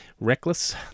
reckless